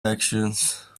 actions